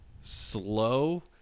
slow